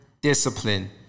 discipline